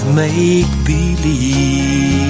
make-believe